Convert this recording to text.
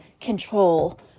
control